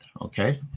Okay